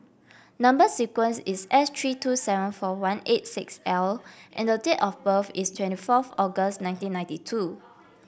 number sequence is S three two seven four one eight six L and the date of birth is twenty fourth August nineteen ninety two